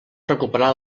recuperar